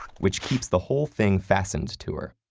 which keeps the whole thing fastened to her.